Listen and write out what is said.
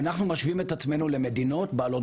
אנחנו משווים את עצמנו למדינות בעלות